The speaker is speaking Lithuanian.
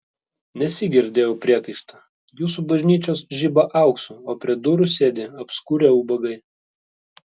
nesyk girdėjau priekaištą jūsų bažnyčios žiba auksu o prie durų sėdi apskurę ubagai